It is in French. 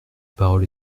parole